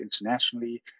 internationally